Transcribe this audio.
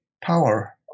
power